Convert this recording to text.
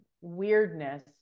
weirdness